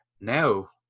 now